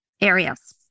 areas